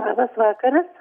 labas vakaras